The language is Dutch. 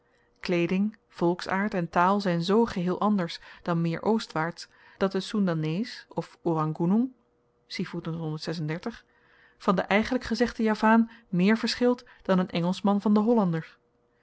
kleeding volksaard en taal zyn zoo geheel anders dan meer oostwaarts dat de soendanees of orang goenoeng van den eigenlyk gezegden javaan meer verschilt dan een engelschman van den hollander